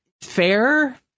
Fair